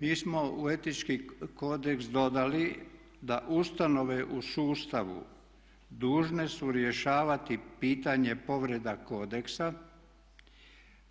Mi smo u etički kodeks dodali da ustanove u sustavu dužne su rješavati pitanje povreda kodeksa